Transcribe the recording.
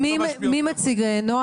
זה מודל אחר אבל לגמרי נלקח